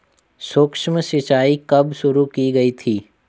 सूक्ष्म सिंचाई कब शुरू की गई थी?